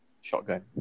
shotgun